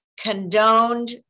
condoned